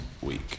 week